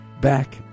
back